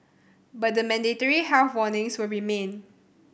but the mandatory health warnings will remain